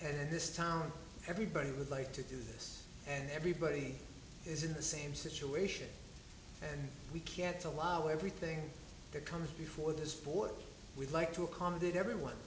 then this town everybody would like to do this and everybody is in the same situation and we can't allow everything that comes before this board we'd like to accommodate everyone